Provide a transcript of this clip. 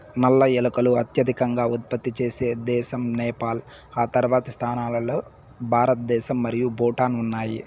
నల్ల ఏలకులు అత్యధికంగా ఉత్పత్తి చేసే దేశం నేపాల్, ఆ తర్వాతి స్థానాల్లో భారతదేశం మరియు భూటాన్ ఉన్నాయి